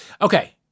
Okay